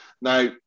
Now